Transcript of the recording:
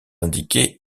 indiquées